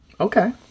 Okay